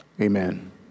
Amen